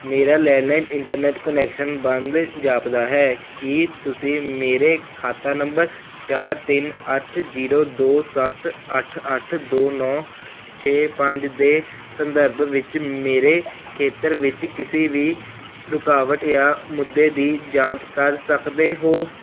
ਮੇਰਾ landline internet connection ਬੰਦ ਜਾਪਦਾ ਹੈ ਕੀ ਤੁਸੀਂ ਮੇਰੇ ਖਾਤਾ ਨੰਬਰ ਚਾਰ ਤਿੰਨ ਅੱਠ ਜੀਰੋ ਦੋ ਸੱਤ ਅੱਠ ਅੱਠ ਦੋ ਨੌੌੌੌੌੌੌ ਛੇ ਪੰਜ ਦੇ ਸੰਦਰਭ ਵਿੱਚ ਮੇਰੇ ਖੇਤਰ ਵਿੱਚ ਕਿਸੇ ਵੀ ਰੁਕਾਵਟ ਜਾਂ ਮੁੱਦੇ ਦੀ ਜਾਂਚ ਕਰ ਸਕਦੇ ਹੋ